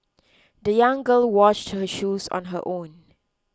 the young girl washed her shoes on her own